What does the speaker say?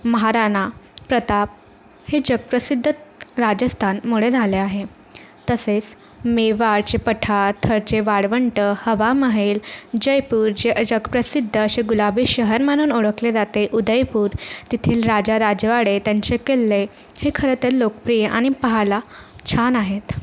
महाराणा प्रताप हे जगप्रसिद्ध राजस्थानमुळे झाले आहेत तसेच मेवाडचे पठार थरचे वाळवंट हवा महल जयपूर जे जगप्रसिद्ध असे गुलाबी शहर म्हणून ओळखले जाते उदयपूर तेथील राजा राजवाडे त्यांचे किल्ले हे खरं तर लोकप्रिय आणि पहायला छान आहेत